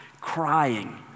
crying